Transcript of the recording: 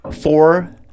four